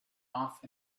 off